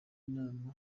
inama